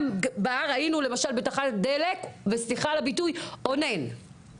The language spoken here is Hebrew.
ראינו עכשיו אדם סליחה על הביטוי שאונן בתחנת דלק.